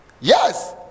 yes